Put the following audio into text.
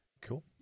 cool